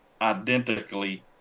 identically